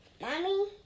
Mommy